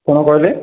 କ'ଣ କହିଲେ